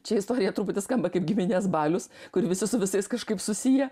čia istorija truputį skamba kaip giminės balius kur visi su visais kažkaip susiję